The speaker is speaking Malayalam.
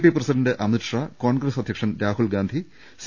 പി പ്രസിഡന്റ് അമിത്ഷാ കോൺഗ്രസ് അധ്യക്ഷൻ രാഹുൽ ഗാന്ധി സി